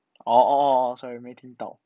oh oh oh sorry 没听到